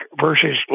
versus